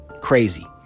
crazy